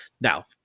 Now